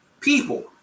people